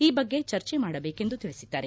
ಈ ಬಗ್ಗೆ ಚರ್ಜೆ ಮಾಡಬೇಕೆಂದು ತಿಳಿಸಿದ್ದಾರೆ